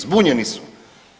Zbunjeni su.